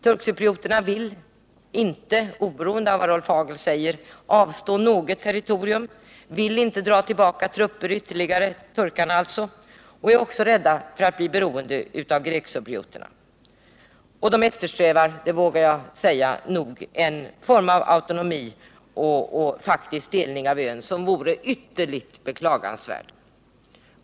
Turkcyprioterna vill inte — oavsett vad Rolf Hagel säger — avstå något territorium, vill inte dra tillbaka trupper ytterligare och är rädda för att bli beroende av grekcyprioterna. Troligen eftersträvar de en form av autonomi och faktisk delning av ön, som vore ytterligt beklagansvärd.